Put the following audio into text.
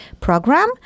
program